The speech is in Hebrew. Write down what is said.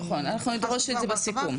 נכון, אנחנו נדרוש את זה בסיכום.